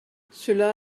cela